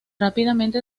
rápidamente